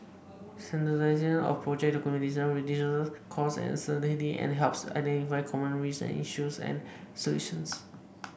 standardisation of project documentation reduces costs and uncertainty and helps identify common risk issues and solutions